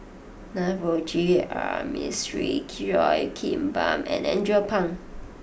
Navroji R Mistri Cheo Kim Ban and Andrew Phang